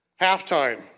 Halftime